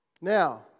Now